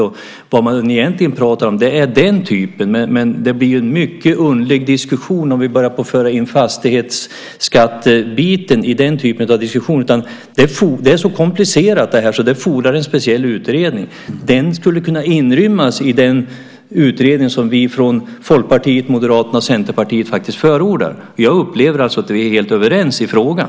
Vad man egentligen pratar om är den typen. Det blir en mycket underlig diskussion om vi börjar föra in fastighetsskatten i den typen av diskussion. Det här är så komplicerat att det fordrar en speciell utredning. Den skulle kunna inrymmas i den utredning som vi från Folkpartiet, Moderaterna och Centerpartiet faktiskt förordar. Jag upplever att vi är helt överens i frågan.